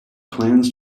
plans